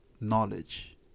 knowledge